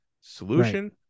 solution